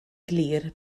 glir